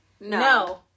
No